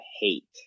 hate